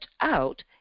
out